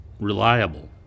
reliable